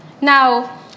Now